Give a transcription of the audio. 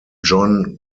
john